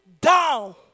down